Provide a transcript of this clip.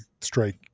strike